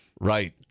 Right